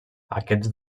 aquests